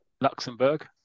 Luxembourg